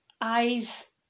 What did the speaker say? eyes